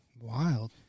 wild